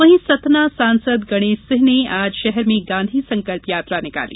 वहीं सतना सांसद गणेश सिंह ने आज शहर में गांधी संकल्प यात्रा निकाली